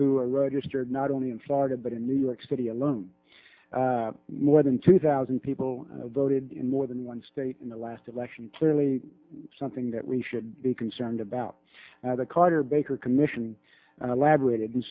registered not only in florida but in new york city alone more than two thousand people voted in more than one state in the last election clearly something that we should be concerned about the carter baker commission and elaborated